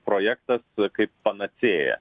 projektas kaip panacėja